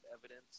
evidence